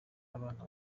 abana